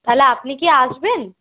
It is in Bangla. তাহলে আপনি কি আসবেন